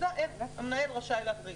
המנהל רשאי להכריז.